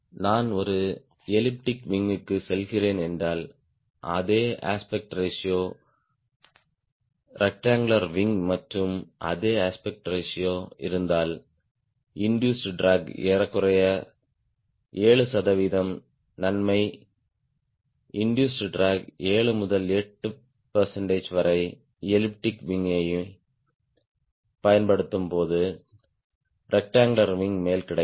நான் ஒரு elliptic wing க்குச் செல்கிறேன் என்றால் அதே அஸ்பெக்ட் ரேஷியோ ரெக்டாங்குலர் விங் மற்றும் அதே அஸ்பெக்ட் ரேஷியோ இருந்தால் இண்டூஸ்ட் ட்ராக் ஏறக்குறைய 7 சதவிகிதம் நன்மை இண்டூஸ்ட் ட்ராக் 7 முதல் 8 பெர்சென்ட் வரை எலிப்டிக் விங் யைப் பயன்படுத்தும் போது ரெக்டாங்குலர் விங் மேல் கிடைக்கும்